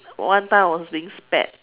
one time I was being spat